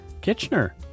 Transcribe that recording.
Kitchener